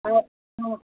अगर हाँ